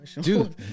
Dude